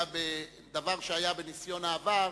אלא בדבר שהיה בניסיון העבר,